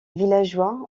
villageois